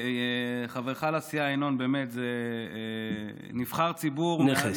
חברך לסיעה ינון הוא באמת נבחר ציבור, נכס.